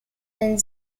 and